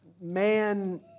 man